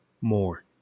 more